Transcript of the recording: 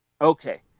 Okay